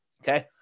Okay